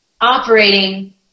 operating